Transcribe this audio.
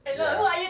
ya